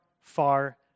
far